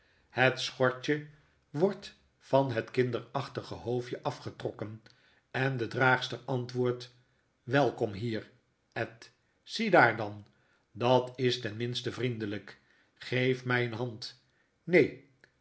het schortje wordt van het kinderachtige hoofdje afgetrokken en de draagster antwoordt welkom hier ed ziedaar dan dat is ten minste vriendelijk geef my een hand